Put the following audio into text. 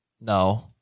No